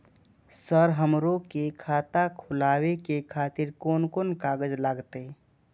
Sir हमरो के खाता खोलावे के खातिर कोन कोन कागज लागते?